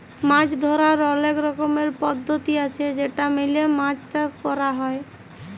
মাছ ধরার অলেক রকমের পদ্ধতি আছে যেটা মেলে মাছ চাষ ক্যর হ্যয়